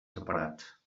separats